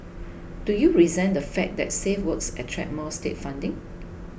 do you resent the fact that safe works attract more state funding